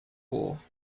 corps